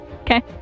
Okay